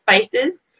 spices